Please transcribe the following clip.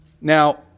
Now